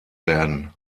werden